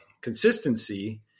consistency